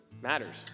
matters